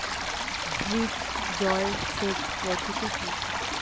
Drip জল সেচ পদ্ধতি কি?